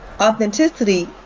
authenticity